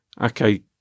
okay